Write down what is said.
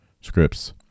scripts